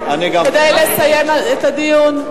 כדי לסיים את הדיון?